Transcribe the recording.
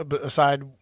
aside